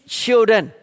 children